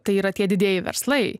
tai yra tie didieji verslai